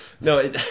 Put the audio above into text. no